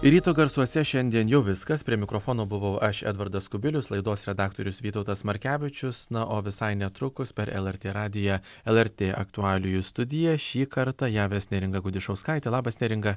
ryto garsuose šiandien jau viskas prie mikrofono buvau aš edvardas kubilius laidos redaktorius vytautas markevičius na o visai netrukus per lrt radiją lrt aktualijų studija šį kartą ją ves neringa gudišauskaitė labas neringa